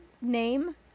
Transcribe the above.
Name